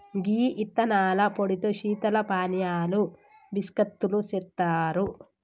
గీ యిత్తనాల పొడితో శీతల పానీయాలు బిస్కత్తులు సెత్తారు